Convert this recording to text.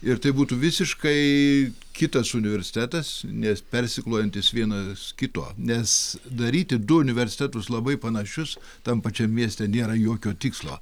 ir tai būtų visiškai kitas universitetas nes persiklojantys vienas kito nes daryti du universitetus labai panašius tam pačiam mieste nėra jokio tikslo